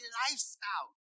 lifestyle